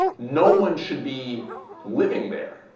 no one should be living there.